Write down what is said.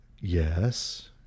Yes